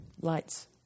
Lights